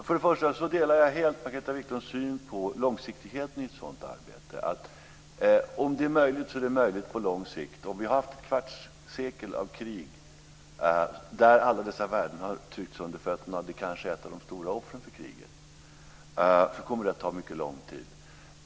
Fru talman! Jag delar helt Margareta Viklunds syn på långsiktigheten i ett sådant arbete - att det, om det är möjligt, är möjligt just på lång sikt. Det har varit ett kvarts sekel av krig där alla dessa värden har tryckts under fötterna och det är kanske ett av de stora offren för kriget. Det här kommer att ta mycket lång tid.